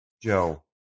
Joe